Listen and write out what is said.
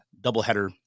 doubleheader